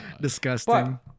Disgusting